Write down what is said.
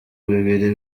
bibiri